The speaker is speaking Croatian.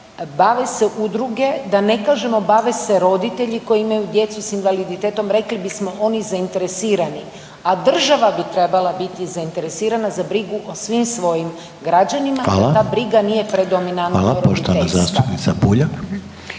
bave se udruge, da ne kažemo, bave se roditelji koji imaju djecu s invaliditetom, rekli bismo oni zainteresirani, a država bi trebala biti zainteresirana za brigu o svim svojim građanima jer ta briga nije predominantna .../Upadica: Hvala. Hvala./... kao